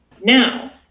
Now